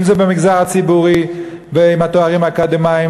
אם זה במגזר הציבורי עם התארים האקדמיים,